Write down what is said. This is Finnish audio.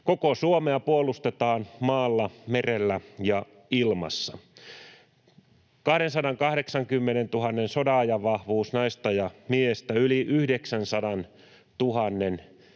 Koko Suomea puolustetaan maalla, merellä ja ilmassa. 280 000:n sodanajan vahvuus naisia ja miehiä, yli 900 000